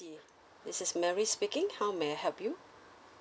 this is mary speaking how may I help you